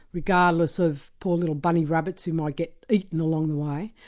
regardless of poor little bunny rabbits who might get eaten along the way.